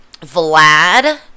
Vlad